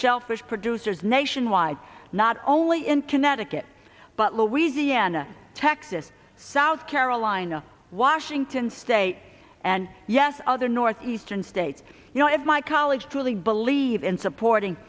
shellfish producers nationwide not only in connecticut but louisiana texas south carolina washington state and yes other northeastern states you know if my colleagues truly believe in supporting